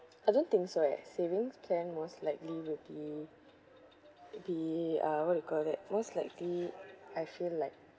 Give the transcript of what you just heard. I don't think so eh savings plan most likely will be be uh what do you call that most likely I feel like